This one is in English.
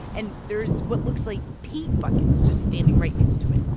and there's what looks like paint buckets just standing right next to it